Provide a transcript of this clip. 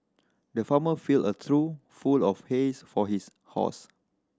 the farmer filled a trough full of hay for his horse